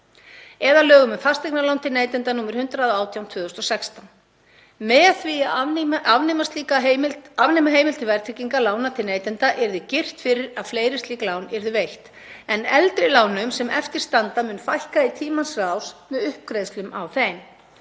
eða lögum um fasteignalán til neytenda, nr. 118/2016. Með því að afnema heimild til verðtryggingar lána til neytenda yrði girt fyrir að fleiri slík lán yrðu veitt en eldri lánum sem eftir standa myndi fækka í tímans rás með uppgreiðslum á þeim.